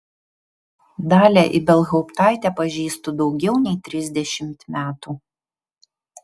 dalią ibelhauptaitę pažįstu daugiau nei trisdešimt metų